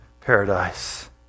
paradise